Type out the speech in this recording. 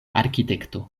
arkitekto